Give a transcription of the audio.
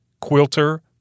quilter